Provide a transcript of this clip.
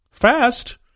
Fast